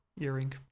earring